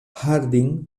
harding